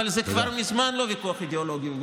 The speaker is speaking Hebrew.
אבל זה כבר מזמן לא ויכוח אידיאולוגי, תודה.